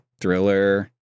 thriller